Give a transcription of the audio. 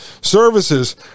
services